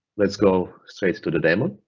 let's go straight to the demo.